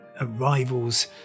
arrivals